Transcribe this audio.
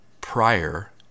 prior